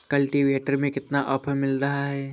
Cultivator में कितना offer मिल रहा है?